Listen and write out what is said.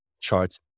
charts